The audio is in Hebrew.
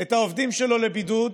את העובדים לבידוד.